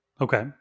Okay